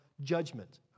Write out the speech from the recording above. judgment